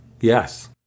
Yes